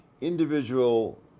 individual